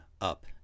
up